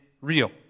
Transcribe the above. real